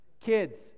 kids